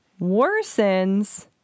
worsens